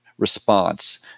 response